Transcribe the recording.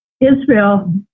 israel